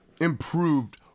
improved